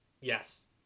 yes